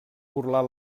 burlar